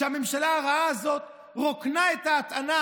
הממשלה הרעה הזאת רוקנה את ההטענה.